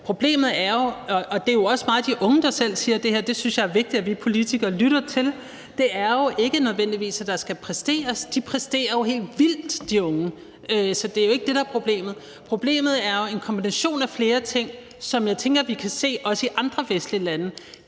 skal præsteres – og det er også meget de unge, der selv siger det her, og det synes jeg er vigtigt at vi politikere lytter til. De præsterer jo helt vildt, de unge. Så det er jo ikke det, der er problemet. Problemet er en kombination af flere ting, som jeg tænker vi kan se også i andre vestlige lande: